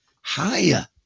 higher